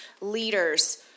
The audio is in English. leaders